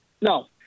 No